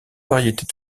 variétés